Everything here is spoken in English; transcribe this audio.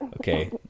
Okay